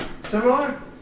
similar